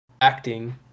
acting